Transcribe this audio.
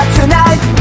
tonight